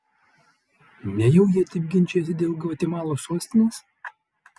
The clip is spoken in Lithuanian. nejau jie taip ginčijasi dėl gvatemalos sostinės